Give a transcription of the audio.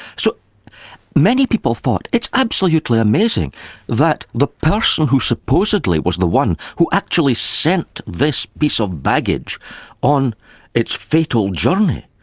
so many people thought it's absolutely amazing that the person who supposedly was the one who actually sent this piece of baggage on its fatal journey,